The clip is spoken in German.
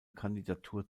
kandidatur